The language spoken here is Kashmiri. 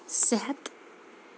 صحت